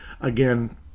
Again